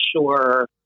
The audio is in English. sure